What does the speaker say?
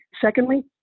secondly